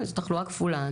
כן תחלואה כפולה.